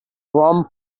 rum